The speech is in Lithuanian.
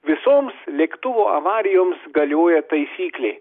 visoms lėktuvų avarijoms galioja taisyklė